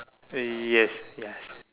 eh yes yes